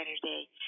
Saturday